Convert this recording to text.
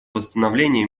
восстановление